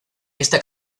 esta